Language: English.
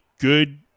good